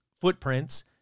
footprints